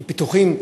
בפיתוחים,